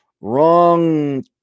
wrong